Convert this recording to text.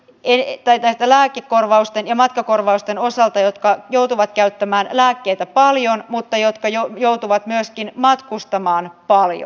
ei taida tällä korvausten ja matkakorvausten ihmiset jotka joutuvat käyttämään lääkkeitä paljon mutta jotka joutuvat myöskin matkustamaan paljon